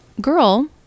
girl